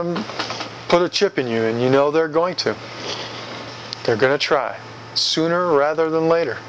chip in you and you know they're going to they're going to try sooner rather than later